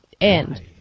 End